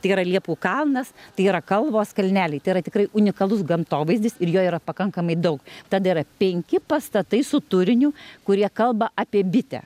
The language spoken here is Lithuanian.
tai yra liepų kalnas tai yra kalvos kalneliai tai yra tikrai unikalus gamtovaizdis ir jo yra pakankamai daug tad yra penki pastatai su turiniu kurie kalba apie bitę